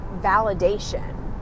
validation